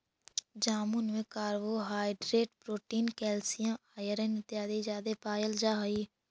जामुन में carbohydrate protein calcium iron इत्यादि जादे पायल जा हई